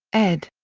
ed.